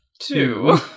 Two